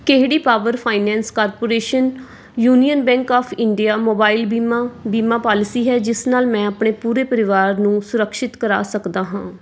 ਕਿਹੜੀ Power Finance Corporation Union Bank of India mobile ਬੀਮਾ ਬੀਮਾ ਪਾਲਿਸੀ ਹੈ ਜਿਸ ਨਾਲ ਮੈਂ ਆਪਣੇ ਪੂਰੇ ਪਰਿਵਾਰ ਨੂੰ ਸੁਰਕਸ਼ਿਤ ਕਰਾ ਸਕਦਾ ਹਾਂ